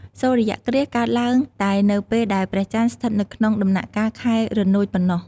សូរ្យគ្រាសកើតឡើងតែនៅពេលដែលព្រះចន្ទស្ថិតនៅក្នុង ដំណាក់កាលខែរនោចប៉ុណ្ណោះ ។